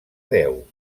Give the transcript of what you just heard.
déu